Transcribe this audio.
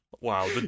wow